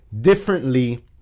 differently